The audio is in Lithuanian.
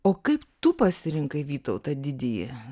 o kaip tu pasirinkai vytautą didįjį